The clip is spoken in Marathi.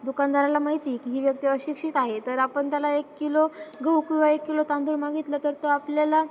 दुकानदाराला माहिती की ही व्यक्ती अशिक्षित आहे तर आपण त्याला एक किलो गहू किंवा एक किलो तांदूळ मागितलं तर तो आपल्याला